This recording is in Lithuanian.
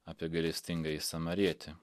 apie gailestingąjį samarietį